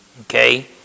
Okay